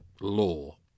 law